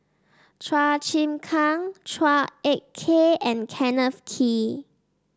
Chua Chim Kang Chua Ek Kay and Kenneth Kee